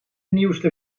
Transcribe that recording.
nieuwste